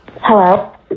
Hello